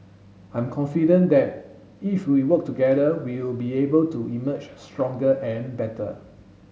I'm confident that if we work together we will be able to emerge stronger and better